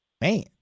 Man